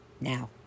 now